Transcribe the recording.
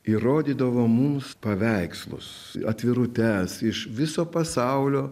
ir rodydavo mums paveikslus atvirutes iš viso pasaulio